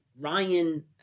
Ryan